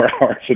hours